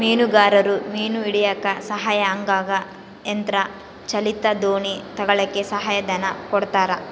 ಮೀನುಗಾರರು ಮೀನು ಹಿಡಿಯಕ್ಕ ಸಹಾಯ ಆಗಂಗ ಯಂತ್ರ ಚಾಲಿತ ದೋಣಿ ತಗಳಕ್ಕ ಸಹಾಯ ಧನ ಕೊಡ್ತಾರ